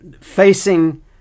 facing